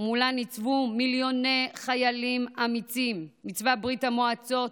ומולה ניצבו מיליוני חיילים אמיצים מצבא ברית המועצות,